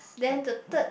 then the third